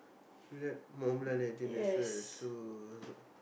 that Montblanc Legend as well so